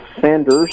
Sanders